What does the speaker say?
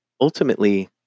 ultimately